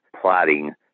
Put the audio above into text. plotting